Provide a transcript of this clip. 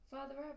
Father